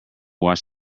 watch